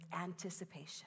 anticipation